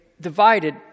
divided